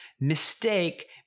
Mistake